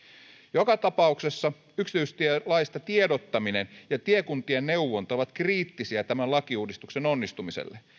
joka tapauksessa yksityistielaista tiedottaminen ja tiekuntien neuvonta ovat kriittisiä tämän lakiuudistuksen onnistumiselle